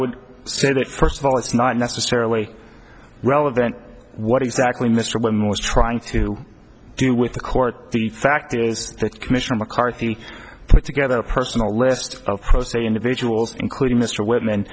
would say that first of all it's not necessarily relevant what exactly mr wynn was trying to do with the court the fact is the commissioner mccarthy put together a personal list of pro se individuals including mr w